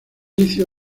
inicio